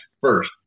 first